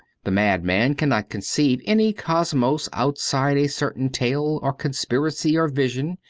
the madman cannot con ceive any cosmos outside a certain tale or con spiracy or vision.